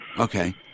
Okay